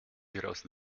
hieraus